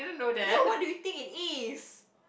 then what do you think it is